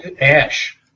Ash